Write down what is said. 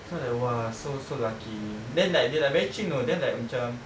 so I like !wah! so so lucky then like they like very chim know then like macam